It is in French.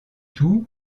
tout